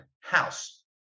house